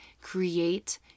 create